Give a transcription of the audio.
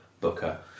booker